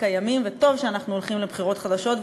ימים וטוב שאנחנו הולכים לבחירות חדשות,